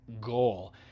goal